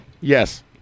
Yes